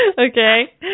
Okay